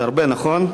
זה הרבה, נכון?